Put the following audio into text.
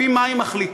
לפי מה היא מחליטה?